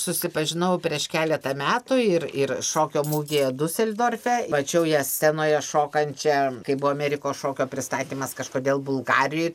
susipažinau prieš keletą metų ir ir šokio mugėje diuseldorfe mačiau ją scenoje šokančią kai buvo amerikos šokio pristatymas kažkodėl bulgarijoj